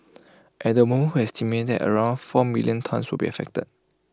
at the moment we estimate that around four million tonnes will be affected